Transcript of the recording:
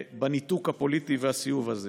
בניתוק הפוליטי ובסיאוב הזה.